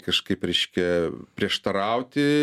kažkaip reiškia prieštarauti